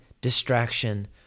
distraction